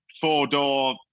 four-door